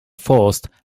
forced